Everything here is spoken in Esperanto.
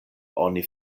oni